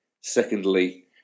Secondly